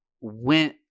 went